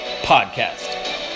podcast